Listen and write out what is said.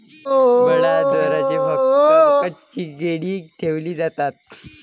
भंडारदऱ्यात फक्त कच्ची केळी ठेवली जातात